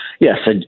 Yes